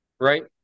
right